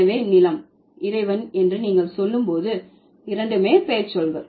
எனவே நிலம் இறைவன் என்று நீங்கள் சொல்லும் போது இரண்டுமே பெயர்ச்சொல்கள்